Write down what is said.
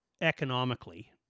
economically